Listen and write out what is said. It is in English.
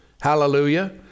hallelujah